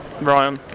Ryan